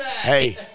Hey